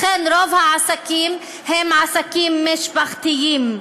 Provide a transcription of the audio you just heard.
לכן רוב העסקים הם עסקים משפחתיים.